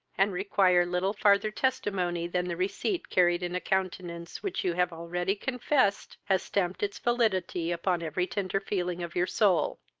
and require little farther testimony than the receipt carried in a countenance which you have already confessed has stamped its validity upon every tender feeling of your soul.